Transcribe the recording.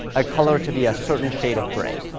a color to be a certain shade of grey,